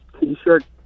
T-shirt